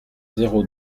zéro